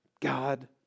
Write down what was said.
God